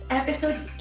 episode